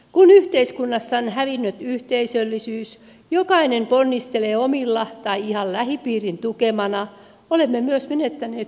kun yhteiskunnasta on hävinnyt yhteisöllisyys jokainen ponnistelee omillaan tai ihan lähipiirin tukemana ja olemme myös menettäneet suuren voimavaran